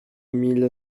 mille